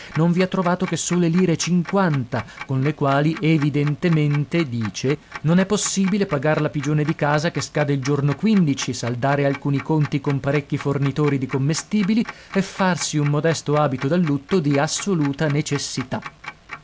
non vi ha trovato che sole lire cinquanta con le quali evidentemente dice non è possibile pagar la pigione di casa che scade il giorno quindici saldare alcuni conti con parecchi fornitori di commestibili e farsi un modesto abito da lutto di assoluta necessità